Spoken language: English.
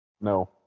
No